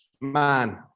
man